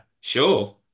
sure